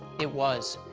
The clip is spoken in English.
it was.